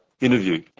interview